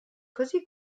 così